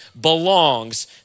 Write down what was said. belongs